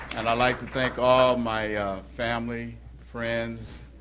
and i'd like to thank all my family, friends,